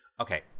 Okay